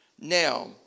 Now